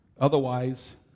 Otherwise